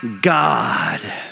God